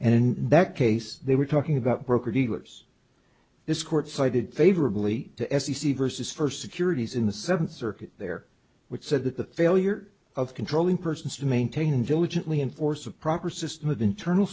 and in that case they were talking about broker dealers this court cited favorably to f c c versus first securities in the seventh circuit there which said that the failure of controlling persons to maintain diligently enforce a proper system of internal